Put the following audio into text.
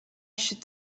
should